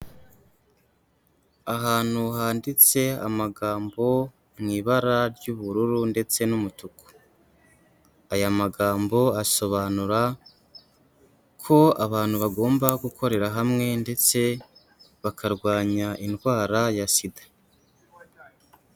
Ahantu handitse amagambo mu ibara ry'ubururu ndetse n'umutuku. Aya magambo asobanura ko abantu bagomba gukorera hamwe ndetse bakarwanya indwara ya SIDA.